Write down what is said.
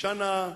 אשה נאה,